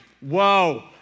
whoa